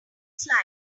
slime